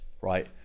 right